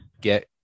get